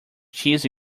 cheese